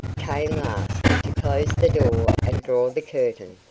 came last, to close the door and draw the curtain.